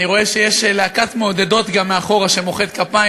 אני רואה שיש להקת מעודדות מאחור שמוחאת כפיים.